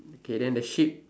K then the ship